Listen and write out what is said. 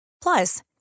Plus